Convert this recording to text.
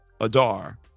adar